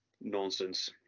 nonsense